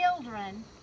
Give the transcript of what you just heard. children